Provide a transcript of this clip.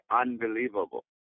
unbelievable